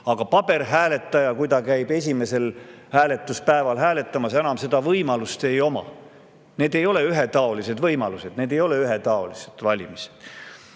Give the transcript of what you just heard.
Aga paberhääletajal, kes käib esimesel hääletuspäeval hääletamas, enam seda võimalust ei ole. Need ei ole ühetaolised võimalused, need ei ole ühetaoliselt valimised.